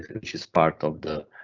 which is part of the